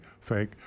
fake